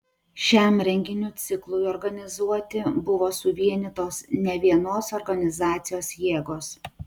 šiam renginių ciklui organizuoti buvo suvienytos nevienos organizacijos jėgos